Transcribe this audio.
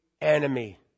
enemy